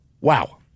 Wow